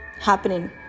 happening